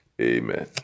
amen